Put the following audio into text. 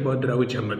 buvo draudžiama